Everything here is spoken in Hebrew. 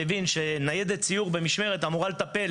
מבין שניידת סיור במשמרת אמורה לטפל